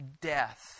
death